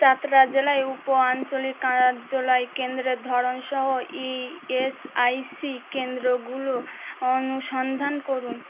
চাতরা জেলায় উপ আঞ্চলিক কার্যালয় কেন্দ্রের ধরন সহ ই এস আই সি কেন্দ্রগুলো অনুসন্ধান করুন